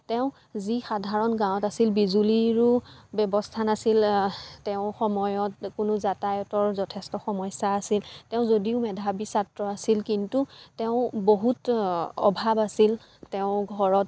তেওঁ যি সাধাৰণ গাঁৱত আছিল বিজুলীৰো ব্য়ৱস্থা নাছিল তেওঁ সময়ত কোনো যাতায়াতৰ যথেষ্ট সমস্য়া আছিল তেওঁ যদিও মেধাৱী ছাত্ৰ আছিল কিন্তু তেওঁ বহুত অভাৱ আছিল তেওঁ ঘৰত